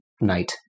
night